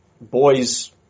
boys